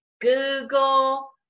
google